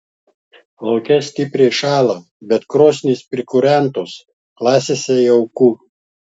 lauke stipriai šąla bet krosnys prikūrentos klasėse jauku